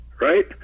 right